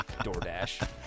DoorDash